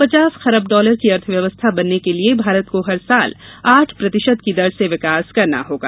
पचास खरब डॉलर की अर्थव्यवस्था बनने के लिए भारत को हर वर्ष आठ प्रतिशत की दर से विकास करना होगा